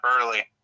early